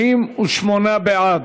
28 בעד,